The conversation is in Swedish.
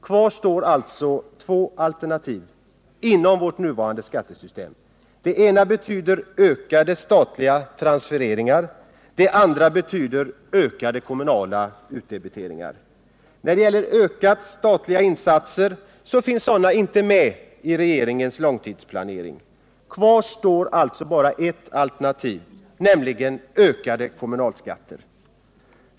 Kvar står alltså två alternativ inom vårt nuvarande skattesystem. Det ena betyder ökade statliga transfereringar. Det andra betyder ökade kommunala utdebiteringar. Ökade statliga insatser finns inte med i regeringens långtidsplanering. Kvar står alltså bara ett alternativ, nämligen ökade kommunalskatter.